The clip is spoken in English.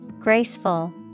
Graceful